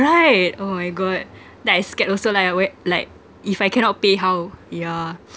right oh my god then I scared also lah ya where like if I cannot pay how yeah